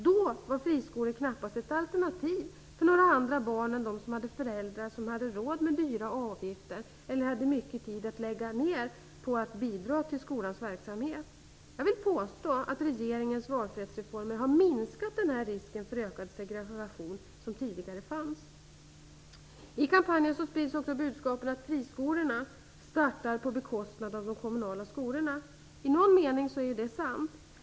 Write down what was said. Då var friskolor knappast ett alternativ för några andra barn än de som hade föräldrar som hade råd med dyra avgifter eller som hade mycket tid att lägga ned på att bidra till skolans verksamhet. Jag vill påstå att regeringens valfrihetsreformer har minskat den risk för ökad segregation som fanns tidigare. I kampanjen sprids också budskapet att friskolorna startar på bekostnad av de kommunala skolorna. I någon mening är det sant.